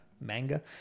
Manga